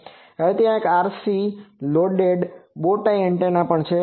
હવે ત્યાં એક RC loaded bow tie antenna પણ છે